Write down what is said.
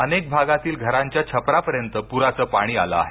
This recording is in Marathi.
अनेक भागातील घरांच्या छपरापर्यन्त पुराचे पाणी आले आहे